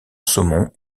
saumons